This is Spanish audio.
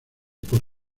por